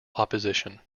opposition